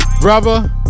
Brother